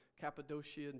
Cappadocia